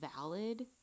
valid